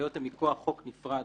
ההשעיות הן מכוח חוק נפרד,